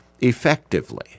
effectively